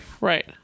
Right